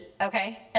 Okay